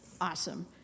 Awesome